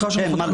סליחה שאני אומר,